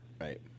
Right